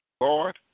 Lord